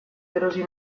erosi